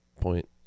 point